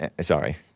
sorry